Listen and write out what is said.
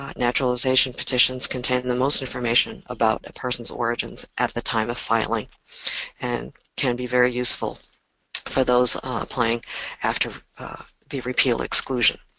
um naturalization petitions contain and the most information about a person's origins at the time of filing and can be very useful for those applying after the repeal of exclusion.